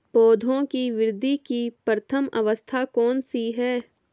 पौधों की वृद्धि की प्रथम अवस्था कौन सी है?